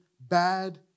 bad